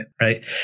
right